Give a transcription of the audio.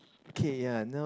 okay ya now